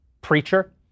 preacher